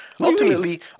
ultimately